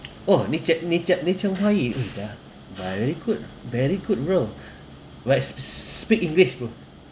oh naked nature nature pie who is that very good very good bro let's speak English bro